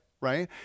right